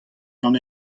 gant